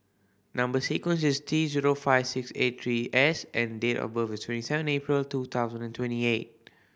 number sequence is T zero five six eight three S and date of birth is twenty seven April two thousand and twenty eight